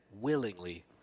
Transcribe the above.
willingly